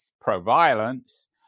pro-violence